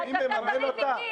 זה אני ולא אתה.